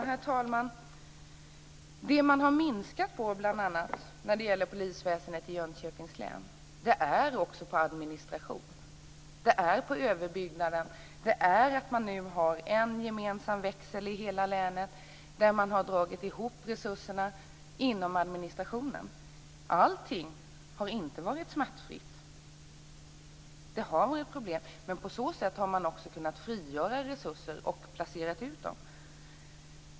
Herr talman! Det som man bl.a. har minskat på inom polisväsendet i Jönköpings län är administrationen och överbyggnaden. Man har nu en gemensam växel i hela länet, och man har dragit ihop resurserna inom administrationen. Allting har inte varit smärtfritt. Det har varit problem. Men på det här sättet har man kunnat frigöra resurser och placera ut dem.